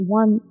one